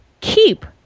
keep